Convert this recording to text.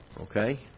Okay